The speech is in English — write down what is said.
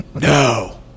no